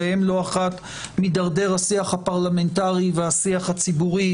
שאליהן לא אחת מידרדר השיח הפרלמנטרי והשיח הציבורי,